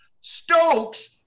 stokes